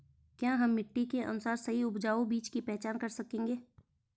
क्या हम मिट्टी के अनुसार सही उपजाऊ बीज की पहचान कर सकेंगे?